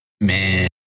man